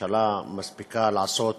הממשלה מספיקה לעשות